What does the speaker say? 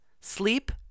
sleep